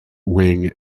wing